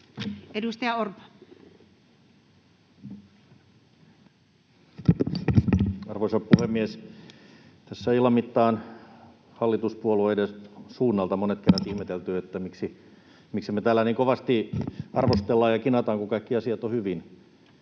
Content: Arvoisa puhemies! Tässä illan mittaan hallituspuolueiden suunnalta on monet kerrat ihmetelty, miksi me täällä niin kovasti arvostellaan ja kinataan, kun kaikki asiat ovat hyvin.